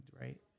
right